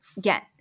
get